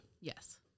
Yes